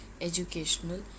educational